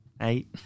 eight